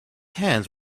hands